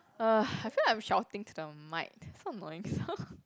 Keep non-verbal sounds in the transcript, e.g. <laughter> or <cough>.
!ugh! I feel like I'm shouting to the mic so annoying <laughs>